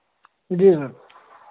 जी sir